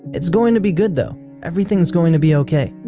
it's going to be good though. everything is going to be ok.